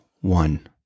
one